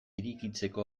irekitzeko